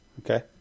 Okay